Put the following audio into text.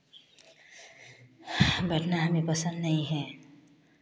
बैठना हमें पसंद नहीं हैं